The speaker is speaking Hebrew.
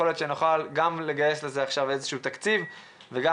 יכול להיות שנוכל לגייס לזה גם תקציב וגם